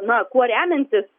na kuo remiantis